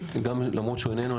למרות שהוא איננו,